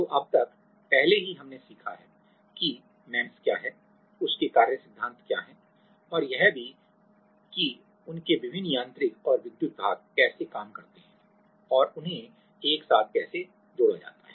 तो अब तक पहले ही हमने सीखा है कि एमईएमएस क्या हैं उनके कार्य सिद्धांत क्या हैं और यह भी कि उनके विभिन्न यांत्रिक और विद्युत भाग कैसे काम करते हैं और उन्हें एक साथ कैसे जोड़ा जाता है